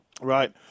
Right